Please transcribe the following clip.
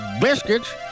biscuits